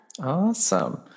awesome